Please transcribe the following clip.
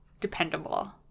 dependable